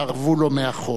שארבו לו מאחור.